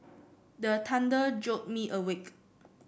the thunder jolt me awake